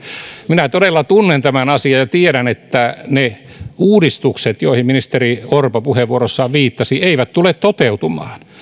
minä todella tunnen tämän asian ja tiedän että ne uudistukset joihin ministeri orpo puheenvuorossaan viittasi eivät tule toteutumaan